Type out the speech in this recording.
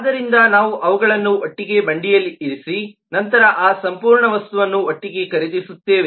ಆದ್ದರಿಂದ ನಾವು ಅವುಗಳನ್ನು ಒಟ್ಟಿಗೆ ಬಂಡಿಯಲ್ಲಿ ಇರಿಸಿ ನಂತರ ಆ ಸಂಪೂರ್ಣ ವಸ್ತುವನ್ನು ಒಟ್ಟಿಗೆ ಖರೀದಿಸುತ್ತೇವೆ